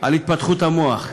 על התפתחות המוח.